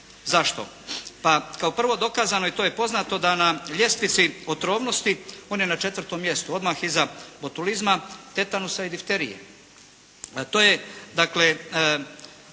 Zašto? Pa kao prvo dokazano je i to je poznato da na ljestvici otrovnosti on je na 4. mjestu, odmah iza botulizma, tetanusa i difterije.